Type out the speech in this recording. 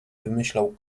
wymyślał